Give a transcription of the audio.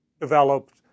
developed